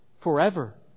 forever